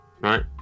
Right